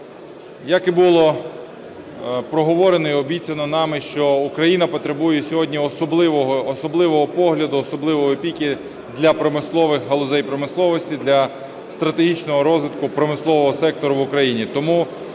Як і було проговорено і обіцяно нами, що Україна потребує сьогодні особливого погляду, особливої опіки для промислових галузей промисловості, для стратегічного розвитку промислового сектору в Україні,